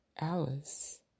Alice